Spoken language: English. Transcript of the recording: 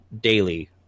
daily